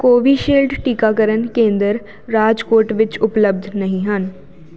Covishield ਟੀਕਾਕਰਨ ਕੇਂਦਰ ਰਾਜਕੋਟ ਵਿੱਚ ਉਪਲੱਬਧ ਨਹੀਂ ਹਨ